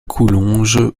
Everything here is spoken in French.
coulonges